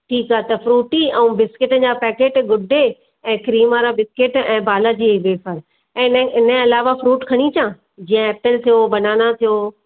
ठीकु आहे त फ्रूटी ऐं बिस्किटनि जा पैकेट गुड डे ऐं क्रीम वारा बिस्किट ऐं बालाजीअ वेफर ऐं इनजे इनजे अलावा फ्रूट खणी अचां जीअं एप्पिल थियो बनाना थियो